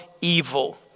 evil